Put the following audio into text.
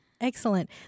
excellent